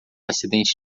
acidente